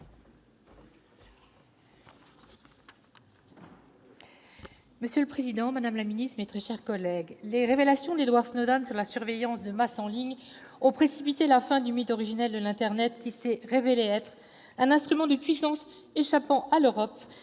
Monsieur le président, madame la ministre, mes chers collègues, les révélations d'Edward Snowden sur la surveillance de masse en ligne ont précipité la fin du mythe originel de l'Internet, lequel s'est révélé un instrument de puissance échappant à l'Europe,